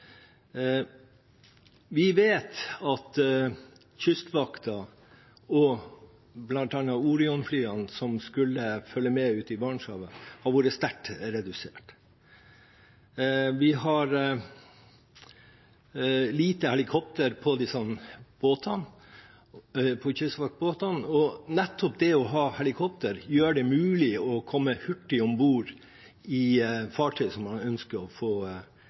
sterkt redusert. Vi har få helikopter på kystvaktbåtene. Nettopp det å ha helikopter gjør det mulig å komme hurtig om bord i fartøy som man ønsker å få